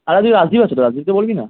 আর ওই রাজদীপ আছে তো রাজদীপকে বলবি না